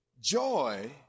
Joy